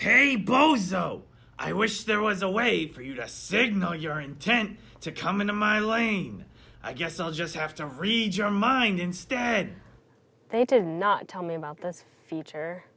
he blows up i wish there was a way for you that signal your intent to come into my lane i guess i'll just have to read your mind instead they did not tell me about this future